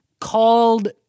called